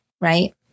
right